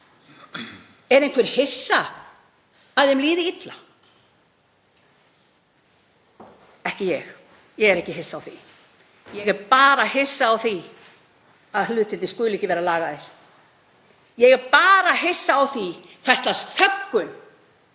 Er einhver hissa á að því líði illa? Ekki ég. Ég er ekki hissa á því. Ég er bara hissa á því að hlutirnir skuli ekki vera lagaðir. Ég er bara hissa á því hvers lags þöggun,